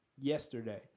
yesterday